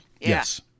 yes